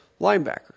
linebacker